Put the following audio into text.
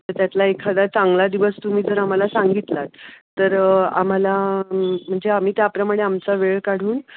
तर त्यातला एखादा चांगला दिवस तुम्ही जर आम्हाला सांगितलात तर आम्हाला म्हणजे आम्ही त्याप्रमाणे आमचा वेळ काढून